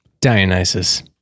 Dionysus